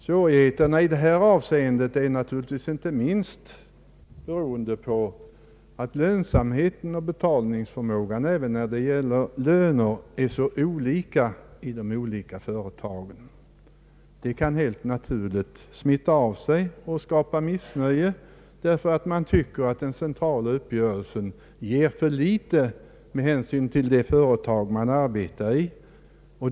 Svårigheterna i detta avseende är naturligtvis inte minst beroende på att lönsamheten och betalningsförmågan även när det gäller löner är så olika i de skilda företagen. Om man tycker att den centrala uppgörelsen ger för litet med hänsyn till det företags betalningsförmåga som man arbetar i, kan ett sådant missnöje helt naturligt smitta av sig och skapa oro.